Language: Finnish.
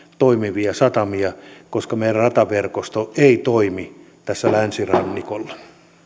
toimivia satamia koska meidän rataverkostomme ei toimi tässä länsirannikolla